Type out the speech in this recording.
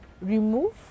remove